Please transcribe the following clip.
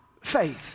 Faith